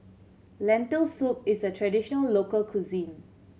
Lentil Soup is a traditional local cuisine